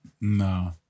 No